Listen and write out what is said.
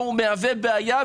הוא מהווה בעיה,